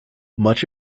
much